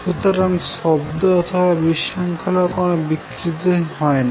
সুতরাং শব্দ অথবা বিশৃঙ্খলার কোন বিকৃতি হয় না